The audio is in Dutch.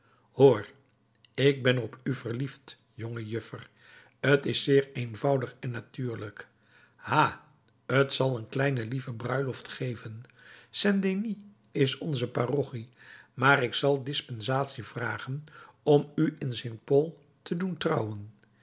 hoor ik ben op u verliefd jongejuffer t is zeer eenvoudig en natuurlijk ha t zal een kleine lieve bruiloft geven saint denis is onze parochie maar ik zal dispensatie vragen om u in saint paul te doen trouwen